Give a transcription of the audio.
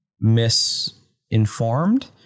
misinformed